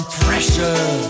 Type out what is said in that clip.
pressure